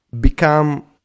become